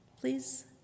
please